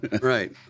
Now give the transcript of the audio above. right